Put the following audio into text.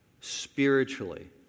Spiritually